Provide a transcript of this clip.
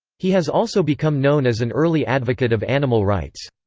he has also become known as an early advocate of animal rights.